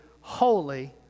holy